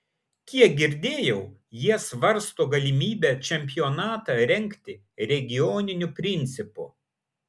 kiek girdėjau jie svarsto galimybę čempionatą rengti regioniniu principu